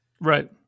Right